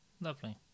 Lovely